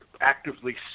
actively